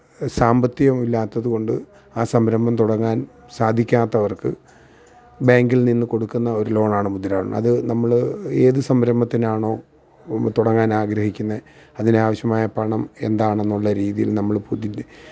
സാമ്പത്തികം ഇല്ലാത്തത് കൊണ്ട് ആ സംരഭം തുടങ്ങാന് സാധിക്കാത്തവര്ക്ക് ബാങ്കില് നിന്ന് കൊടുക്കുന്ന ഒരു ലോൺ ആണ് മുദ്രാ ലോണ് അത് നമ്മൾ ഏത് സംരംഭത്തിനാണോ തുടങ്ങാൻ ആഗ്രഹിക്കുന്നത് അതിന് ആവശ്യമായ പണം എന്താണെന്നുള്ള രീതിയില് നമ്മള്